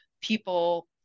people